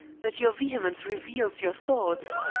that your vehemence reveals your thoughts?